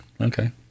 Okay